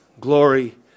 glory